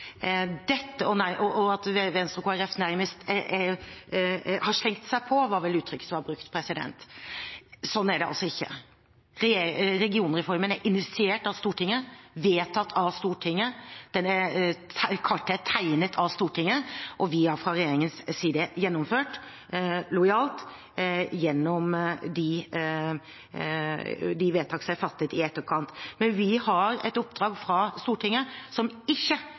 og at Venstre og Kristelig Folkeparti nærmest har slengt seg på – det var vel uttrykket som var brukt – om at sånn er det ikke. Regionreformen er initiert av Stortinget, vedtatt av Stortinget, og kartet er tegnet av Stortinget. Vi har fra regjeringens side lojalt gjennomført de vedtak som er fattet i etterkant. Vi har et oppdrag fra Stortinget, som ikke